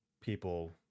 people